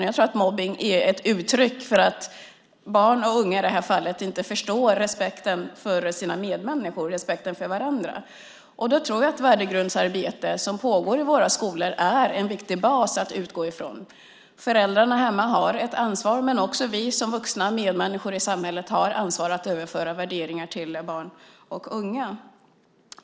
Jag tror att mobbning är ett uttryck för att i det här fallet barn och unga inte förstår att respektera sina medmänniskor, att ha respekt för varandra. Då tror jag att det värdegrundsarbete som pågår i våra skolor är en viktig bas att utgå från. Föräldrarna har ett ansvar hemma, men också vi som vuxna medmänniskor i samhället har ansvar för att överföra värderingar till barn och unga.